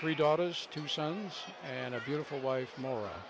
three daughters two sons and a beautiful wife more